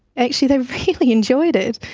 actually they really enjoyed it.